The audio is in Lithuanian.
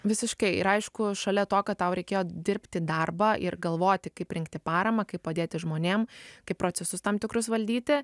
visiškai ir aišku šalia to kad tau reikėjo dirbti darbą ir galvoti kaip rinkti paramą kaip padėti žmonėm kaip procesus tam tikrus valdyti